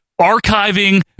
archiving